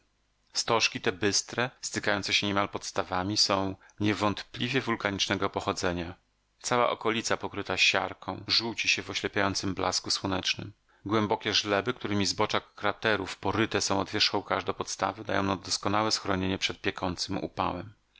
stożki te bystre stykające się niemal podstawami są niewątpliwie wulkanicznego pochodzenia cała okolica pokryta siarką żółci się w oślepiającym blasku słonecznym głębokie żleby którymi zbocza kraterów poryte są od wierzchołka aż do podstawy dają nam doskonałe schronienie przed piekącym upałem